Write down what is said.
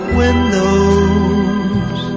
windows